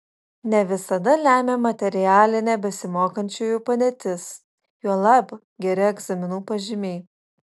ne visada lemia materialinė besimokančiųjų padėtis juolab geri egzaminų pažymiai